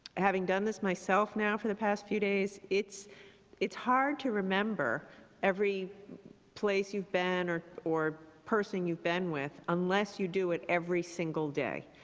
having done this myself now for the past few days, it's it's hard to remember every place you've been or or person you've been with unless you do it every single day.